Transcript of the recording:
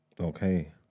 Okay